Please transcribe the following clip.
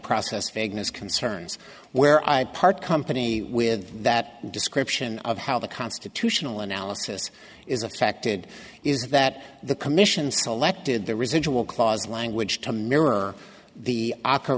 process vagueness concerns where i part company with that description of how the constitutional analysis is affected is that the commission selected the residual clause language to mirror the